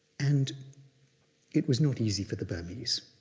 and it was not easy for the burmese.